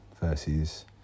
versus